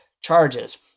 charges